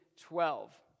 twelve